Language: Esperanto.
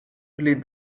pli